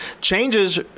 changes